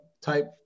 type